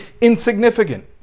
insignificant